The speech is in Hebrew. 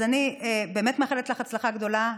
אז אני מאחלת לך הצלחה גדולה.